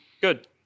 Good